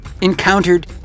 encountered